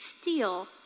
steal